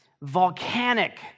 volcanic